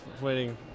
waiting